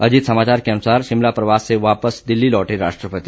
अजीत समाचार के अनुसार शिमला प्रवास से वापस दिल्ली लौटे राष्ट्रपति